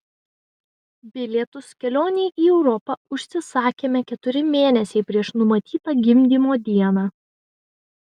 bilietus kelionei į europą užsisakėme keturi mėnesiai prieš numatytą gimdymo dieną